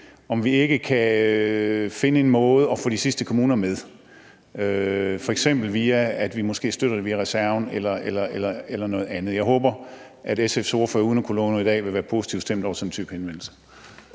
vi kan finde en måde at få de sidste kommuner med. Vi kunne f.eks. støtte dem via reserven eller noget andet. Jeg håber, at SF's ordfører uden at kunne love noget i dag vil være positivt stemt over for sådan en type henvendelse.